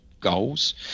goals